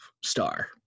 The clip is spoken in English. star